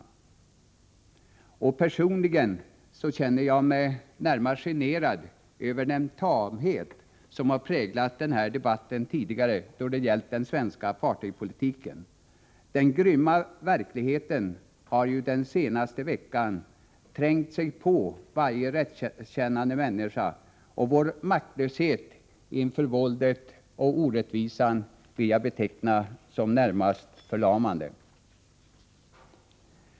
Personligen känner jag mig närmast generad över den tamhet som präglat den här debatten tidigare då det gällt den svenska reaktionen på apartheidpolitiken. Den grymma verkligheten har ju den senaste veckan trängt sig på varje människa med rättskänsla, och vår maktlöshet inför våldet och orättvisan vill jag beteckna som närmast förlamande.